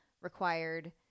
required